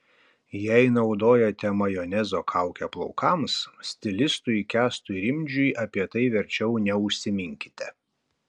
jei naudojate majonezo kaukę plaukams stilistui kęstui rimdžiui apie tai verčiau neužsiminkite